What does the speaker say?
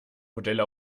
modelle